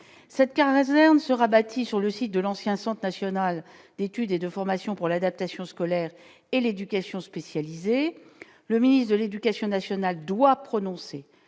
cette caserne sera bâtie sur le site de l'ancien Centre national d'études et de formation pour l'adaptation scolaire et l'éducation spécialisée, le ministre de l'Éducation nationale doit prononcer